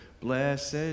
Blessed